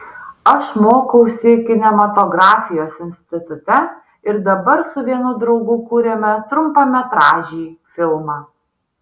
aš mokausi kinematografijos institute ir dabar su vienu draugu kuriame trumpametražį filmą